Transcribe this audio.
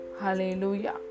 Hallelujah